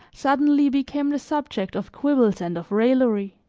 suddenly became the subject of quibbles and of raillery.